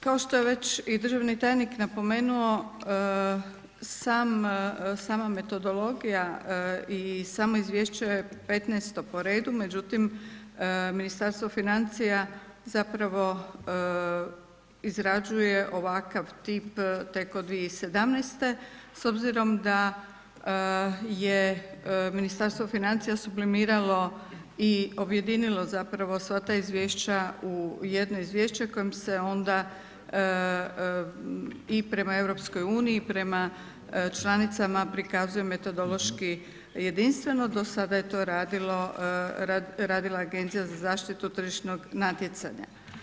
Kao što je već i državni tajnik napomenuo, sama metodologija i samo izvješće 15-to po redu, međutim, Ministarstvo financija zapravo izrađuje ovakav tip tek od 2017. s obzirom da je Ministarstvo financija sublimiralo i objedinilo zapravo sva ta izvješća u jedno izvješće kojim se onda i prema EU i prema članicama prikazuje metodološki jedinstveno, do sada je to radila Agencija za zaštitu tržišnog natjecanja.